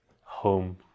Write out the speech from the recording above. home